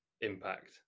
impact